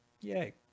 yay